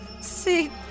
See